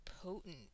potent